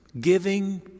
giving